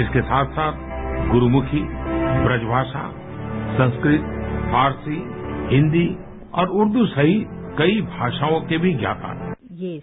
इसके साथ साथ गुरूमुखी ब्रजभाषा संस्कृत फारसी हिन्दी और उर्दू सहित कई भाषाओं के भी ज्ञाता थे